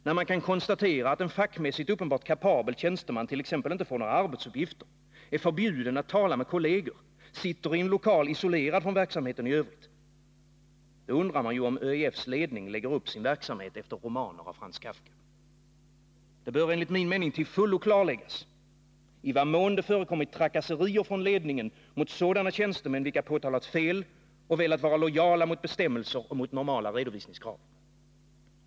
När man kan konstatera att en fackmässigt uppenbart kapabel tjänsteman t.ex. inte får några arbetsuppgifter, är förbjuden att tala med kolleger och sitter i en lokal isolerad från verksamheten i övrigt — då undrar man om ÖEF:s ledning lägger upp sin verksamhet efter romaner av Franz Kafka. Det bör enligt min mening till fullo klarläggas i vad mån det förekommit trakasserier från ledningen mot sådana tjänstemän vilka påtalat fel och velat vara lojala mot bestämmelser och normala redovisningskrav.